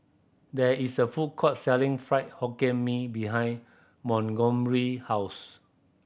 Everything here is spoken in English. there is a food court selling Fried Hokkien Mee behind Montgomery house